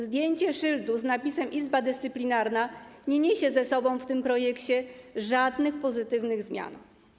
Zdjęcie szyldu z napisem: Izba Dyscyplinarna nie niesie ze sobą w tym projekcie żadnych pozytywnych zmian.